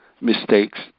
mistakes